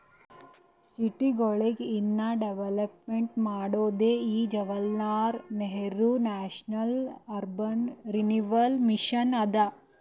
ಸಿಟಿಗೊಳಿಗ ಇನ್ನಾ ಡೆವಲಪ್ಮೆಂಟ್ ಮಾಡೋದೇ ಈ Jawaharlal Nehru national urban renewal mission ಅದಾ